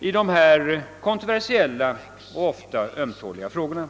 i dessa kontroversiella och ofta ömtåliga frågor.